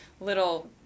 little